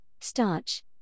Starch